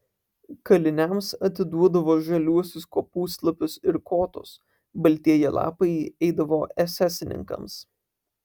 kaliniams atiduodavo žaliuosius kopūstlapius ir kotus baltieji lapai eidavo esesininkams